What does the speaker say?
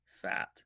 fat